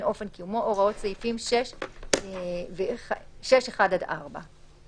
אופן קיומו הוראות סעיפים 6(1) עד (4)".